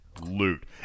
loot